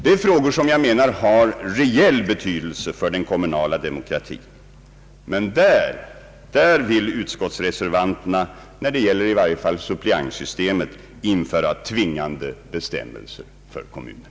Det är frågor som jag anser ha reell betydelse för den kommunala demokratin, men där vill reservanterna, i varje fall när det gäller suppleantsystemet, införa tvingande bestämmelser för kommunerna.